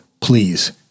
please